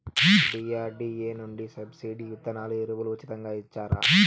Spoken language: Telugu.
డి.ఆర్.డి.ఎ నుండి సబ్సిడి విత్తనాలు ఎరువులు ఉచితంగా ఇచ్చారా?